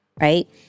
right